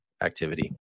activity